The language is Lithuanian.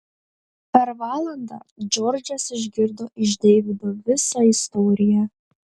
per valandą džordžas išgirdo iš deivido visą istoriją